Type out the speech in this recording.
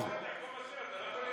חבר הכנסת יעקב אשר,